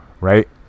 right